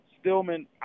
Stillman